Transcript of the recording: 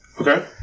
Okay